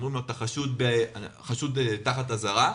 אומרים לו שהוא חשוד תחת אזהרה.